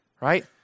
right